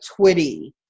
Twitty